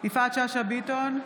יפעת שאשא ביטון,